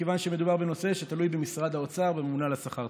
מכיוון שמדובר בנושא שתלוי במשרד האוצר והממונה על השכר.